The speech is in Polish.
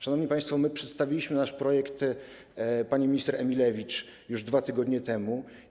Szanowni państwo, przedstawiliśmy nasz projekt pani minister Emilewicz już 2 tygodnie temu.